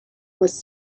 was